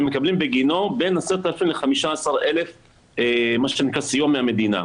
מקבלים בגינו בין 10,000-15,000 סיוע מהמדינה.